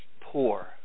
poor